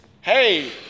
hey